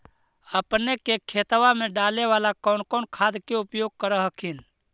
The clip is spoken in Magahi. अपने के खेतबा मे डाले बाला कौन कौन खाद के उपयोग कर हखिन?